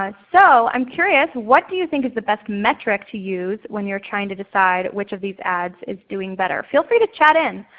ah so i'm curious, what do you think is the best metric to use when you're trying to decide which of these ads is doing better? feel free to chat in.